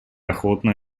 охотно